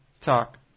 talk